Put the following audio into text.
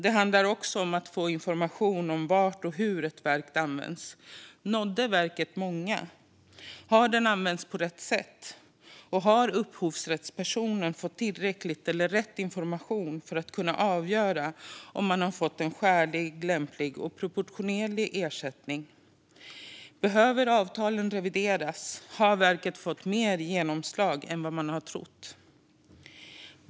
Det handlar också om att få information om var och hur ett verk används. Nådde verket många? Har det använts på rätt sätt? Har upphovsrättspersonen fått tillräcklig eller rätt information för att kunna avgöra om ersättningen är skälig, lämplig och proportionerlig? Behöver avtalen revideras? Har verket fått mer genomslag än vad man hade trott?